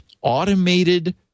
automated